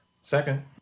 Second